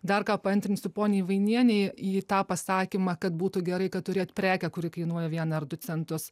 dar ką paantrinsiu poniai vainienei į tą pasakymą kad būtų gerai kad turėt prekę kuri kainuoja vieną ar du centus